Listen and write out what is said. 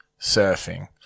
surfing